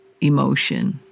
emotion